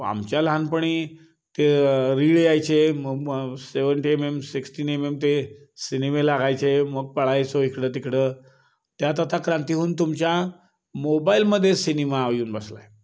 आमच्या लहानपणी ते रिळ यायचे मग मग seventy M M sixteen M M ते सिनेमे लागायचे मग पळायचो इकडं तिकडं त्यात आता क्रांती होऊन तुमच्या मोबाईलमध्येच सिनेमा येऊन बसला आहे